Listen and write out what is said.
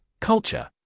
Culture